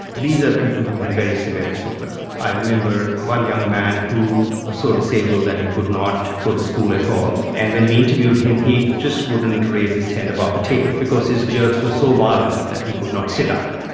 these are people who had very severe disorder. i remember one young man who was so disabled that he could not go to school at all. and when we interviewed him he just wouldn't raise his head above the table because his jerks were so violent that he could not sit up.